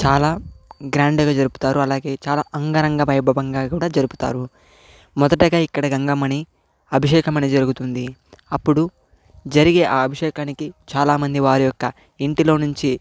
చాలా గ్రాండ్ గా జరుపుతారు అలాగే చాలా అంగరంగ వైభవంగా కూడా జరుపుతారు మొదటగా ఇక్కడ గంగమని అభిషేకమని జరుగుతుంది అప్పుడు జరిగే ఆ అభిషేకానికి చాలామంది వారి యొక్క ఇంటిలో నుంచి